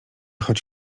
choć